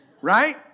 Right